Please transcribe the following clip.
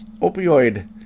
opioid